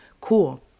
cool